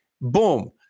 Boom